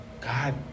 God